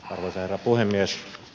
arvoisa herra puhemies